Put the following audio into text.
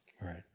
right